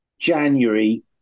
January